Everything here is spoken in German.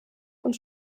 und